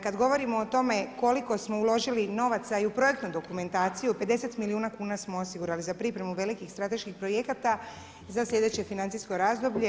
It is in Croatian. Kada govorimo o tome, koliko smo uložili novaca i u projektnu dokumentaciju, 50 milijuna kuna smo osigurali za pripremu velikih strateških projekata za slijedeće financijsko razdoblje.